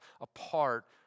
apart